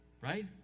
Right